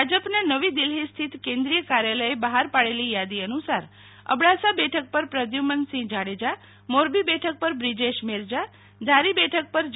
ભાજપના નવી દિલ્હી સ્થિત કેન્દ્રીય કાર્યાલયે બહાર પાડેલી યાદી અનુ સાર અબડાસા બેઠક પર પ્રધ્યુ મનસિંહ જાડેજા મોરબી બેઠક પર બ્રીજેશ મેરજા ધારી બેઠક પર જે